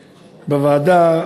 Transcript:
הזה.